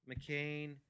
McCain